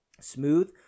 smooth